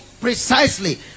precisely